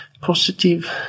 positive